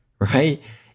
right